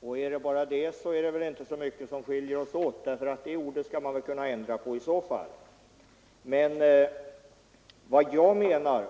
och gäller det bara den saken är det väl inte så mycket som skiljer oss åt. Det ordet kan ersättas med något annat.